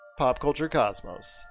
PopCultureCosmos